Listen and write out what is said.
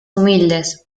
humildes